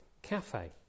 cafe